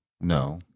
No